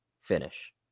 finish